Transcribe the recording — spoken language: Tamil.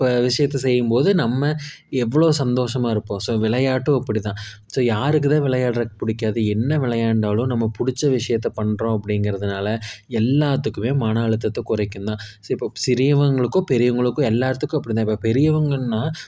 இப்போ விஷயத்த செய்யும்போது நம்ம எவ்வளோ சந்தோஷமாக இருப்போம் ஸோ விளையாட்டும் அப்படிதான் ஸோ யாருக்கு தான் விளையாடுறக்கு பிடிக்காது என்ன விளையாண்டாலும் நம்ம பிடிச்ச விஷயத்த பண்ணுறோம் அப்படிங்கறதனால எல்லாத்துக்குமே மன அழுத்தத்தை குறைக்குந்தான் சரி இப்போ சிறியவங்களுக்கும் பெரியவங்களுக்கும் எல்லாத்துக்கும் அப்படிதான் இப்போ பெரியவங்கன்னா